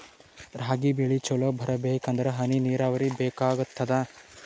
ರಾಗಿ ಬೆಳಿ ಚಲೋ ಬರಬೇಕಂದರ ಹನಿ ನೀರಾವರಿ ಬೇಕಾಗತದ?